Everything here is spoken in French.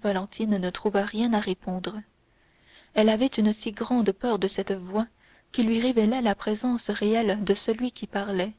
valentine ne trouva rien à répondre elle avait une si grande peur de cette voix qui lui révélait la présence réelle de celui qui parlait